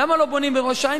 למה לא בונים בראש-העין?